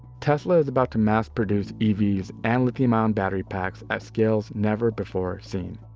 tesla is about to mass produce evs and lithium ion battery packs at scales never before seen.